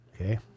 Okay